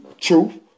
truth